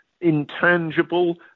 intangible